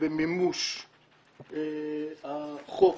במימוש החוק